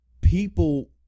people